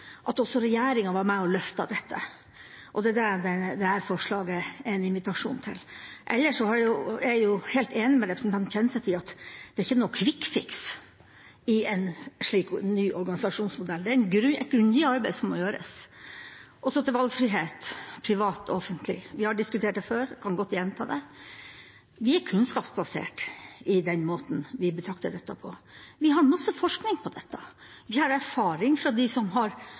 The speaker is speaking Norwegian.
at også regjeringen var med og løftet dette, og det er det dette forslaget er en invitasjon til. Ellers er jeg helt enig med representanten Kjenseth i at det ikke er noen «quick fix» i en slik ny organisasjonsmodell, det er et grundig arbeid som må gjøres. Og så til valgfrihet – privat og offentlig. Vi har diskutert det før, og jeg kan godt gjenta det: Vi er kunnskapsbasert i måten vi betrakter dette på. Vi har masse forskning på dette. Vi har erfaring fra dem som